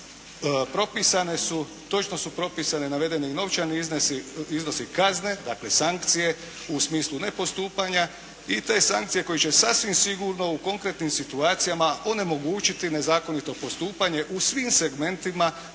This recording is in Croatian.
točno su propisane i navedeni novčani iznosi kazne, dakle sankcije u smislu nepostupanja i te sankcije koje će sasvim sigurno u konkretnim situacijama onemogućiti nezakonito postupanje u svim segmentima